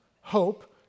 hope